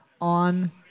on